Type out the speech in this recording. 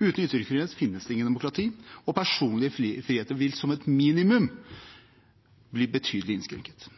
Uten ytringsfrihet finnes det ikke noe demokrati, og personlige friheter vil som et minimum bli betydelig innskrenket.